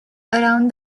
around